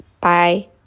Bye